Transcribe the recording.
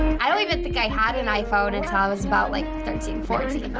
i don't even think i had an iphone until i was about like thirteen fourteen,